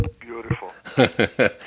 Beautiful